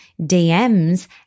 DMs